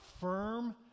firm